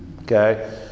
Okay